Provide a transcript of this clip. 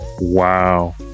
Wow